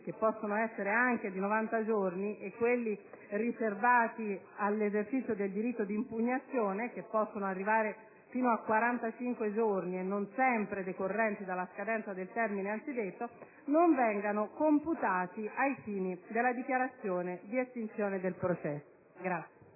che possono essere anche di 90 giorni, e quelli riservati all'esercizio del diritto di impugnazione, che possono arrivare fino a 45 giorni, non sempre decorrenti dalla scadenza del termine anzidetto, non vengano computati ai fini della dichiarazione di estinzione del processo.